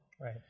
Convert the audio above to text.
Right